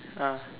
ah